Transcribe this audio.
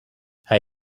hij